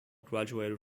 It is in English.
graduated